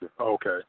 Okay